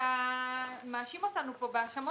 אתה מאשים אותנו פה בהאשמות.